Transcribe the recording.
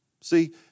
See